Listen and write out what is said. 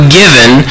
given